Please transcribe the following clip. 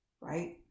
right